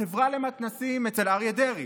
החברה למתנ"סים אצל אריה דרעי,